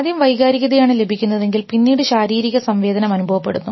ആദ്യം വൈകാരികതയാണ് ലഭിക്കുന്നതെങ്കിൽ പിന്നീട് ശാരീരിക സംവേദനം അനുഭവപ്പെടുന്നു